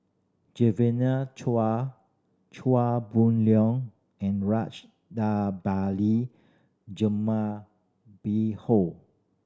Chua Chua Boon Leong and Jumabhoy